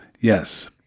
Yes